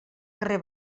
carrer